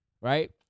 Right